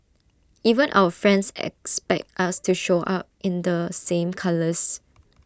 even our friends expect us to show up in the same colours